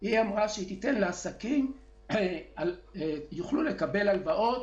היא אמרה שעסקים יוכלו לקבל הלוואות